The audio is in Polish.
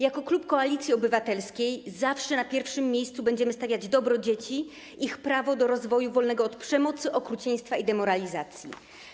Jako klub Koalicji Obywatelskiej zawsze na pierwszym miejscu będziemy stawiać dobro dzieci, ich prawo do rozwoju wolnego od przemocy, okrucieństwa i demoralizacji.